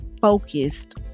focused